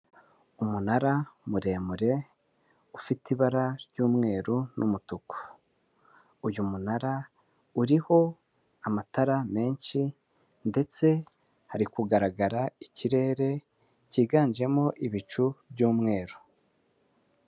Umunara muremure ufite ibara ry'umweru n'umutuku; uyu munara uriho amatara menshi ndetse hari kugaragara ikirere cyiganjemo ibicu by'umweru.